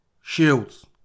Shields